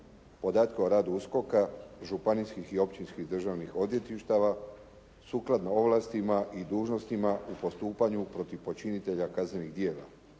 podatke o radu USKOK-a, županijskih i općinskih državnih odvjetništava, sukladno ovlastima i dužnostima u postupanju protiv počinitelja kaznenih djela,